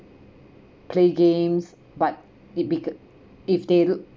play games but it be if they